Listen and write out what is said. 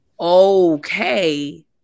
Okay